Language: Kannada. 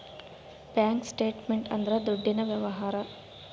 ಬ್ಯಾಂಕ್ ಸ್ಟೇಟ್ಮೆಂಟ್ ಅಂದ್ರ ದುಡ್ಡಿನ ವ್ಯವಹಾರ